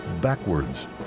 backwards